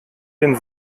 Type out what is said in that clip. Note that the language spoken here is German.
den